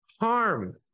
harm